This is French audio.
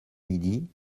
midi